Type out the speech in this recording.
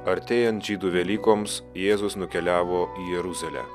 artėjant žydų velykoms jėzus nukeliavo į jeruzalę